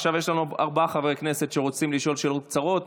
עכשיו יש לנו ארבעה חברי כנסת שרוצים לשאול קצרות.